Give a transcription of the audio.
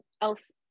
else